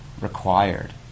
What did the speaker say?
required